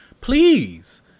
please